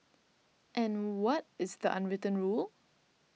and what is the unwritten rule